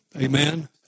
Amen